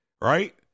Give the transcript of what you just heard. Right